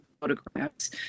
photographs